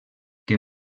que